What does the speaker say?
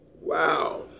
Wow